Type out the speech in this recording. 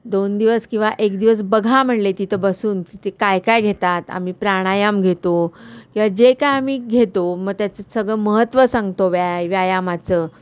दोन दिवस किंवा एक दिवस बघा म्हणले तिथं बसून तिथे काय काय घेतात आम्ही प्राणायाम घेतो किंवा जे काय आम्ही घेतो मग त्याचं सगळं महत्त्व सांगतो व्या व्यायामाचं